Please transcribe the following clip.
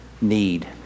need